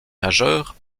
majeure